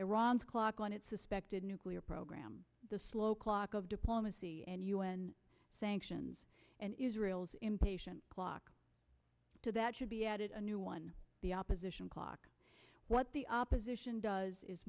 iran's clock on its suspected nuclear program the slow clock of diplomacy and u n sanctions and israel's impatient clock to that should be added a new one the opposition clock what the opposition does is